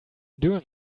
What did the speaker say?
doing